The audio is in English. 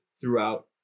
throughout